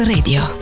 Radio